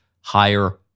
higher